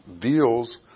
deals